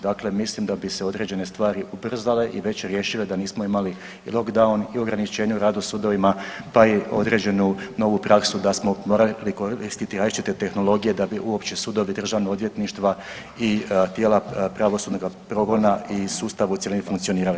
Dakle, mislim da bi se određene stvari ubrzale i već riješile da nismo imali lockdown i ograničenje u radu sudovima, pa i određenu novu praksu da smo morali koristiti različite tehnologije da bi uopće sudovi, državna odvjetništva i tijela pravosudnoga progona i sustav u cjelini funkcionirali.